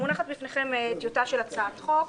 מונחת בפניכם טיוטה של הצעת חוק